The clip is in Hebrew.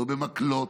לא במקלות,